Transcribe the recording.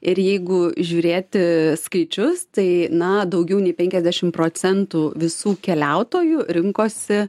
ir jeigu žiūrėti skaičius tai na daugiau nei penkiasdešimt procentų visų keliautojų rinkosi